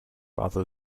rather